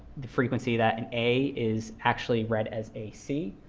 the frequency that an a is actually read as a c.